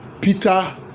Peter